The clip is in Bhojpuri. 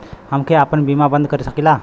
हमके आपन बीमा बन्द कर सकीला?